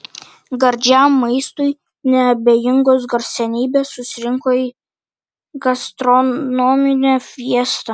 gardžiam maistui neabejingos garsenybės susirinko į gastronominę fiestą